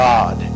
God